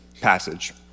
passage